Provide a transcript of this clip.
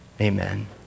Amen